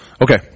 Okay